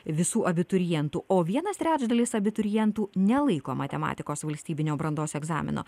visų abiturientų o vienas trečdalis abiturientų nelaiko matematikos valstybinio brandos egzamino